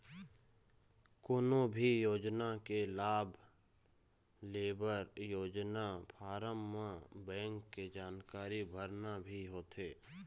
कोनो भी योजना के लाभ लेबर योजना फारम म बेंक के जानकारी भरना भी होथे